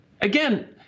Again